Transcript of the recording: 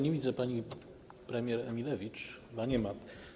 Nie widzę pani premier Emilewicz, chyba jej nie ma.